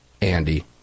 Andy